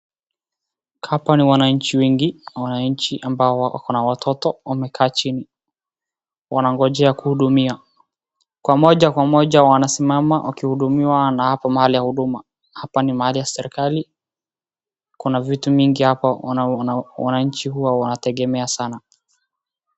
Hapo wananchi wengi. Wananchi ambao wana watoto chini , wanaogojea kuhudumia .kwa moja kwa moja wanasimama wakihudumiwa na hapo mahali ya huduma. Hapa ni mahali ya serikali kuna vitu mingi hapa wananchi huwa wanatengemea sana.